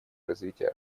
развития